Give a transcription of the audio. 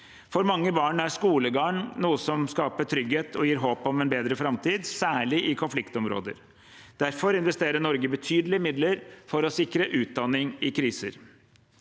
For mange barn er skolegang noe som skaper trygghet og gir håp om en bedre framtid, særlig i konfliktområder. Derfor investerer Norge betydelige midler for å sikre utdanning i kriser.